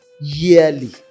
yearly